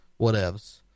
Whatevs